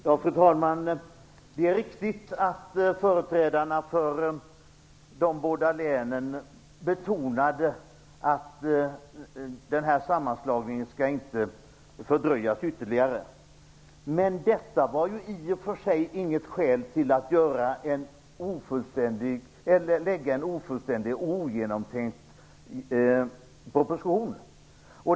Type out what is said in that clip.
Fru talman! Det är riktigt att företrädarna för de båda länen betonade att den här sammanslagningen inte skulle fördröjas ytterligare. Men detta var i och för sig inget skäl för att lägga fram en ofullständig och ogenomtänkt proposition.